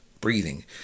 breathing